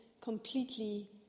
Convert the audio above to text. completely